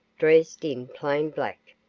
dressed in plain black,